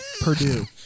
Purdue